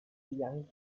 young